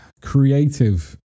creative